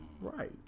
Right